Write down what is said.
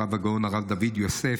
הרב הגאון הרב דוד יוסף,